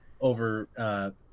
over